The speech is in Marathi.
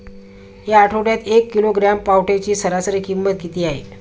या आठवड्यात एक किलोग्रॅम पावट्याची सरासरी किंमत किती आहे?